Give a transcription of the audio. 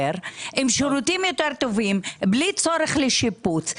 עם שירותים יותר טובים ובלי צורך לשיפוץ.